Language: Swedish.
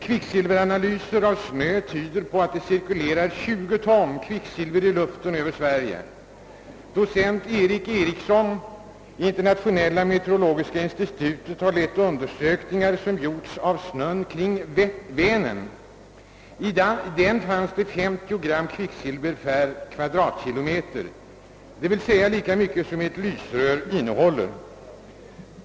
Kvicksilveranalyser av snö tyder på att det cirkulerar 20 ton kvicksilver i luften över Sverige. Docent Erik Eriksson i internationella meteorologiska institutet har lett undersökningar som gjorts av snö kring Vänern. I denna fanns det 50 gram kvicksilver per kvadratkilometer, d.v.s. lika mycket som ett lysrör innehåller.